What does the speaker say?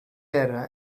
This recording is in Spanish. era